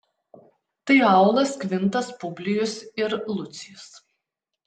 tai aulas kvintas publijus ir lucijus